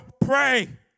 pray